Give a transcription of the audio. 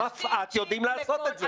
מפא"ת יודעים לעשות את זה.